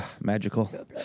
Magical